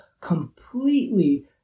completely